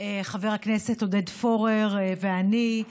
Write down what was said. חבר הכנסת עודד פורר ואני.